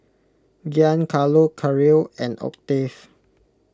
Giancarlo Caryl and Octave